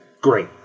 great